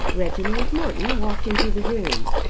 reginald morton walked into the room.